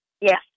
Yes